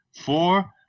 four